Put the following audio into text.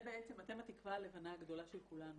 אתם התקווה הלבנה הגדולה של כולנו,